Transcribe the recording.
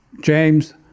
James